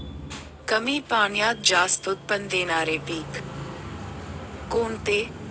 कमी पाण्यात जास्त उत्त्पन्न देणारे पीक कोणते?